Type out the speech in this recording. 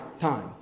time